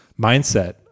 mindset